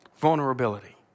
vulnerability